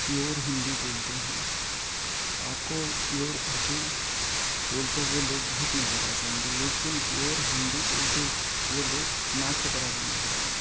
pure Hindi بولتے ہوں آپ کو پیور اردو بولتے ہوئے لوگ بہت نظر آ جائیں گے لیکن پیور ہندی بولتے ہوئے لوگ نا کے برابر نظر آئیں گے